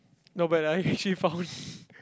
no but uh he she found